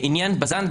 עניין בז"ן,